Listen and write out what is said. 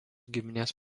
giminės